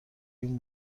این